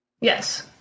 Yes